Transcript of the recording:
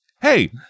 hey